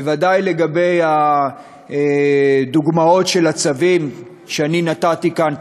בוודאי לגבי הדוגמאות של הצווים שאני נתתי כאן,